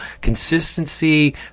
consistency